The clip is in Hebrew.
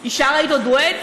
היא שרה איתו דואט?